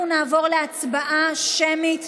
אנחנו נעבור להצבעה שמית.